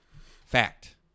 Fact